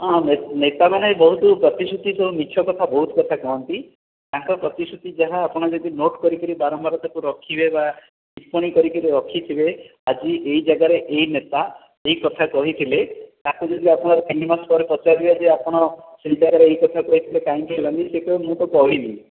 ହଁ ହଁ ନେତାମାନେ ବହୁତ ପ୍ରତିଶୃତି ମିଛ କଥା ବହୁତ କଥା କହନ୍ତି ତାଙ୍କ ପ୍ରତିଶୃତି ଯାହା ଆପଣ ଯଦି ନୋଟ୍ କରିକି ବାରମ୍ବାର ବାରମ୍ବର ତାକୁ ରଖିବେ ବା ଟିପ୍ପଣୀ କରି କରି ରଖିଥିବେ ଆଜି ଏହି ଯାଗାରେ ଏଇ ନେତା ଏକଥା କହିଥିଲେ ତାକୁ ଯଦି ଆପଣ ତିନିମାସ ପରେ ପଚାରିବେ ଆପଣ ସେ ଯାଗାରେ ଏକଥା କହିଥିଲେ କାହିଁକି ହେଲାନି ସେ କହିବ ମୁଁ ତ କହିନି